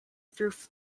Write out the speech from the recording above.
through